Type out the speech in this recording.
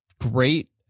great